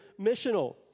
missional